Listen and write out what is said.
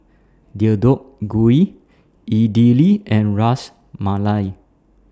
Deodeok Gui Idili and Ras Malai